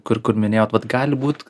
kur kur minėjot vat gali būt